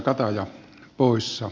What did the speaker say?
arvoisa puhemies